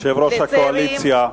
לצעירים,